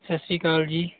ਸਤਿ ਸ਼੍ਰੀ ਅਕਾਲ ਜੀ